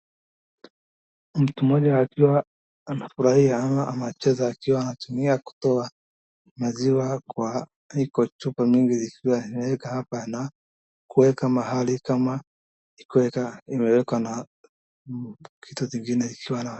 Mtu mmoja akiwa anafurahia ama anacheza akiwa anatumia kutoa maziwa kwa chupa mingi ikiwa anaweka hapa na kuweka mahali kama imewekwa na vitu zingine ikiwa na.